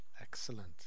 excellent